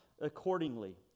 accordingly